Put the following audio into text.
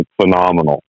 phenomenal